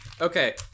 Okay